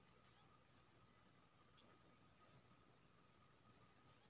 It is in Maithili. तिल सँ तिलक तेल बनाएल जाइ छै खाना बनेबा मे प्रयोग होइ छै